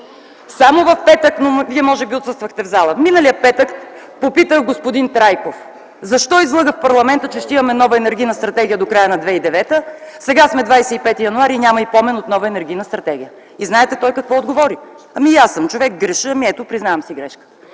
Само в петък, но може би Вие отсъствахте от залата, миналия петък попитах господин Трайков защо излъга в парламента, че ще имаме нова Енергийна стратегия до края на 2009 г.? Сега сме 25 януари 2010 г. и няма и помен от нова Енергийна стратегия. И знаете той какво отговори: „Ами, и аз съм човек – греша. Ами, ето, признавам си грешката!”.